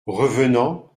revenant